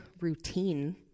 routine